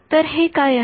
तर हे काय आहे